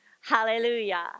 hallelujah